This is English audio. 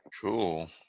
cool